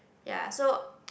ya so